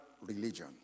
religion